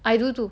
I do too